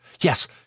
Yes